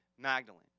Magdalene